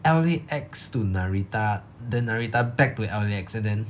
L_A_X to narita then narita back to L_A_X and then